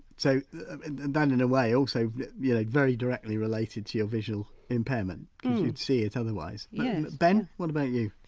so that in a way also yeah like very directly related to your visual impairment because you'd see it otherwise. yeah ben, what about you?